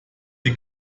die